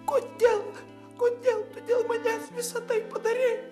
kodėl kodėl dėl manęs visa tai padarei